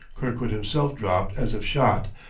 kirkwood himself dropped as if shot,